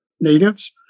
natives